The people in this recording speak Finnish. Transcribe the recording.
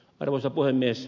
arvoisa puhemies